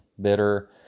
bitter